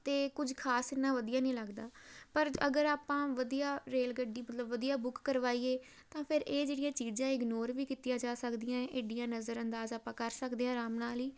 ਅਤੇ ਕੁਝ ਖ਼ਾਸ ਇੰਨਾ ਵਧੀਆ ਨਹੀਂ ਲੱਗਦਾ ਪਰ ਅਗਰ ਆਪਾਂ ਵਧੀਆ ਰੇਲ ਗੱਡੀ ਮਤਲਬ ਵਧੀਆ ਬੁੱਕ ਕਰਵਾਈਏ ਤਾਂ ਫਿਰ ਇਹ ਜਿਹੜੀਆਂ ਚੀਜ਼ਾਂ ਇਗਨੋਰ ਵੀ ਕੀਤੀਆਂ ਜਾ ਸਕਦੀਆਂ ਇਡੀਆਂ ਨਜ਼ਰ ਅੰਦਾਜ਼ ਆਪਾਂ ਕਰ ਸਕਦੇ ਹਾਂ ਆਰਾਮ ਨਾਲ ਹੀ